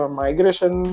migration